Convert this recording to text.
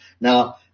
Now